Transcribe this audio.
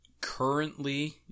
currently